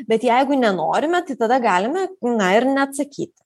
bet jeigu nenorime tai tada galime na ir neatsakyti